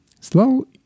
slow